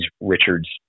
Richard's